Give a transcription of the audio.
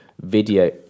video